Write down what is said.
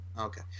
Okay